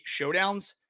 showdowns